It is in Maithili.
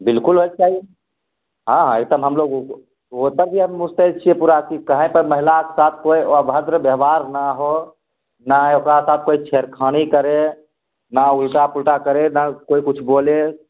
बिल्कुल होइ के चाही हँ हँ एकदम हमलोग ओसब हम मुस्तैद छियै पूरा की काहे पर महिलाके साथ कोइ अभद्र बैबहार नहि हो नहि ओकरा साथ कोइ छेड़खानी करय ने उल्टा पुल्टा करय ने कोइ किछु बोले